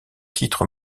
titre